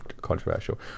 controversial